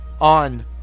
on